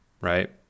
right